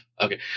Okay